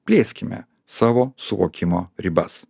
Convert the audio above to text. plėskime savo suvokimo ribas